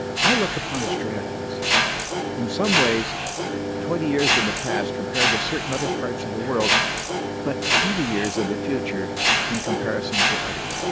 i look upon australians in some ways twenty years in the past compared to certain other parts of the world but thirty years in the future in comparison to others.